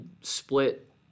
split